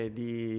di